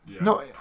No